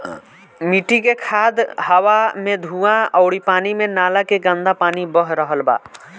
मिट्टी मे खाद, हवा मे धुवां अउरी पानी मे नाला के गन्दा पानी बह रहल बा